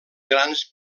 grans